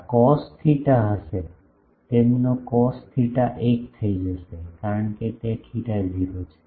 આ cos theta હશે તેમનો કોસ થેટા 1 થઈ જશે કારણ કે થેટા 0 છે